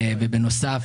ובנוסף,